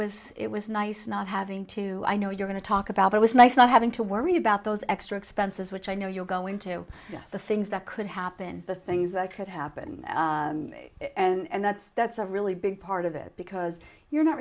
was it was nice not having to i know you're going to talk about it was nice not having to worry about those extra expenses which i know you're going to the things that could happen the things i could happen and that's that's a really big part of it because you're not